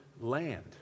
land